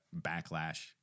backlash